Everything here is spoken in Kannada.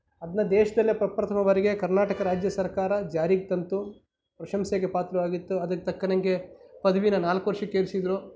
ಅದ್ನ ದೇಶದಲ್ಲೇ ಪ್ರಪ್ರಥಮ ಬಾರಿಗೆ ಕರ್ನಾಟಕ ರಾಜ್ಯ ಸರ್ಕಾರ ಜಾರಿಗೆ ತಂತು ಪ್ರಶಂಸೆಗೆ ಪಾತ್ರರಾಗಿತ್ತು ಅದ್ಕೆ ತಕ್ಕಂಗೆ ಪದವಿನಾ ನಾಲ್ಕು ವರ್ಷಕ್ಕೆ ಏರಿಸಿದರು